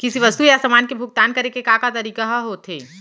किसी वस्तु या समान के भुगतान करे के का का तरीका ह होथे?